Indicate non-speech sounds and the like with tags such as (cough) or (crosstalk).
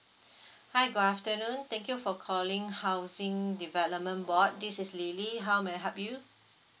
(breath) hi good afternoon thank you for calling housing development board this is lily how may I help you